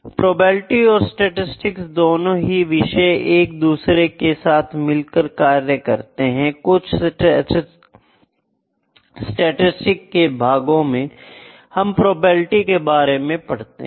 probability और statistics दोनों ही विषय एक दूसरे के साथ मिलकर कार्य करते हैं कुछ स्टैटिसटिक्स के भागों में हम प्रोबेबिलिटी के बारे में पढ़ते हैं